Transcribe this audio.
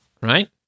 right